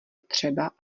třeba